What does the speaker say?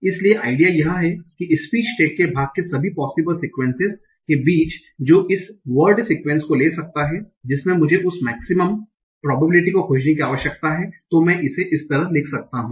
इसलिए आइडिया यह है कि स्पीच टैग के भाग के सभी पोसिबल सिक्यूएन्सेस के बीच जो इस वर्ड सिक्यूएन्स को ले सकता है जिसमे मुझे उस मेक्सीमम प्रोबेबिलिटी को खोजने की आवश्यकता है तो मैं इसे इस तरह लिख सकता हूं